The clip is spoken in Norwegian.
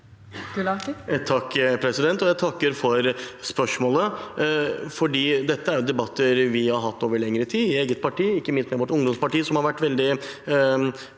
Jeg takker for spørsmålet. Dette er en debatt vi har hatt over lengre tid i eget parti, ikke minst med vårt ungdomsparti, som har vært veldig